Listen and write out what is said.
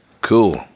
cool